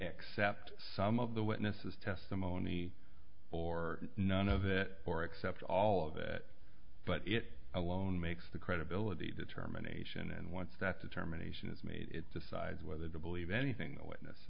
accept some of the witnesses testimony or none of it or accept all of it but it alone makes the credibility determination and once that determination is made it decides whether to believe anything the witness